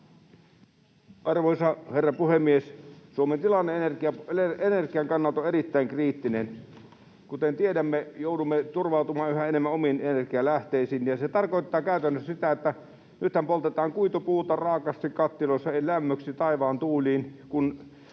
Arvoisa herra puhemies! Suomen tilanne energian kannalta on erittäin kriittinen. Kuten tiedämme, joudumme turvautumaan yhä enemmän omiin energialähteisiin, ja se tarkoittaa käytännössä sitä, että nythän poltetaan kuitupuuta raakasti kattiloissa eli lämmöksi taivaan tuuliin,